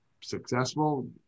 successful